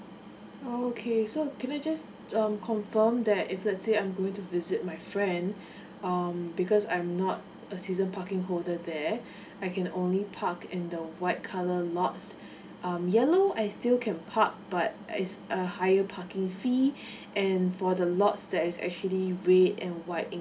okay so can I just um confirm that if let's say I'm going to visit my friend um because I'm not a season parking holder there I can only park in the white colour lots um yellow I still can park but it's a higher parking fee and for the lots that is actually red and white in